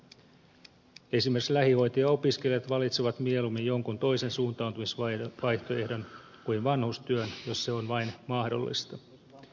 esimerkiksi lähihoitajaopiskelijat valitsevat mieluummin jonkun toisen suuntautumisvaihtoehdon kuin vanhustyön jos se on vain mahdollista